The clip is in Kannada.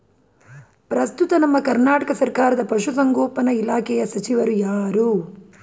ಪ್ರಸ್ತುತ ನಮ್ಮ ಕರ್ನಾಟಕ ಸರ್ಕಾರದ ಪಶು ಸಂಗೋಪನಾ ಇಲಾಖೆಯ ಸಚಿವರು ಯಾರು?